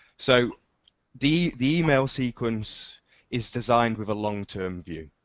so the the email sequence is designed with a long term view.